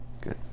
Good